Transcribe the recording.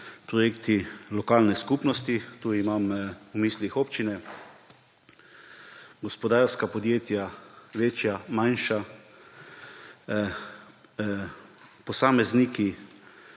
projekti lokalne skupnosti, tu imam v mislih občine, gospodarska podjetja, večja, manjša, posamezniki.